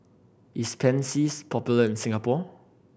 is Pansy popular in Singapore